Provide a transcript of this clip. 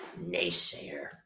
naysayer